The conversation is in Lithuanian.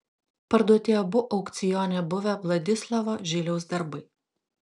parduoti abu aukcione buvę vladislovo žiliaus darbai